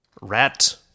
Rat